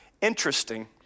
Interesting